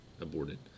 aborted